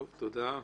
תודה.